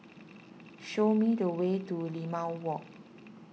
show me the way to Limau Walk